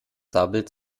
sabbelt